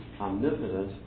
omnipotent